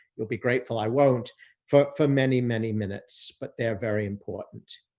you'll be grateful i won't for for many, many minutes, but they're very important.